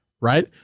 Right